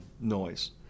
noise